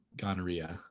gonorrhea